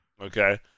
Okay